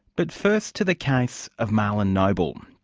but first to the case of marlon noble.